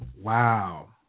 Wow